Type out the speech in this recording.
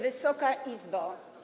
Wysoka Izbo!